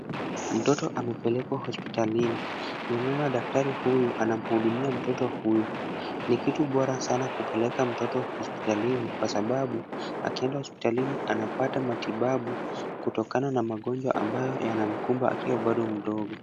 Mtoto amepelekwa hospitalini. Ninaona daktari huyu anamhudumia mtoto huyo. Ni kitu bora sana kupeleka mtoto hospitalini kwa sababu akienda hospitalini anapata matibabu kutokana na magonjwa ambayo yanamkumba akiwa bado mdogo.